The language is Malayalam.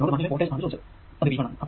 നോഡ് 1 ലെ വോൾടേജ് ആണ് ചോദിച്ചത് അത് V1 ആണ്